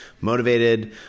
motivated